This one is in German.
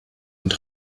und